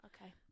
okay